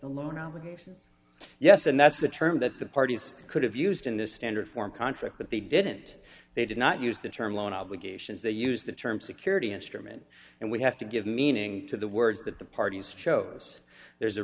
wouldn't yes and that's a term that the parties could have used in this standard form contract but they didn't they did not use the term loan obligations they used the term security instrument and we have to give meaning to the words that the parties chose there's a